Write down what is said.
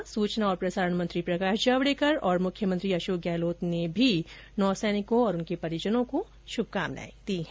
गृह मंत्री अभित शाह सूचना और प्रसारण मंत्री प्रकाश जावड़ेकर और मुख्यमंत्री अशोक गहलोत ने भी नौसैनिकों और उनके परिजनों को शुभकामनाए दी है